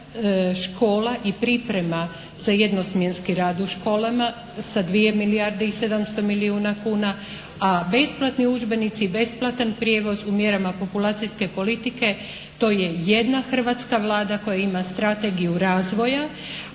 škola i priprema za jednosmjenski rad u školama sa 2 milijarde i 700 milijuna kuna, a besplatni udžbenici i besplatan prijevoz u mjerama Populacijske politike to je jedna hrvatska Vlada koja ima strategiju razvoja,